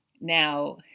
Now